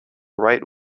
right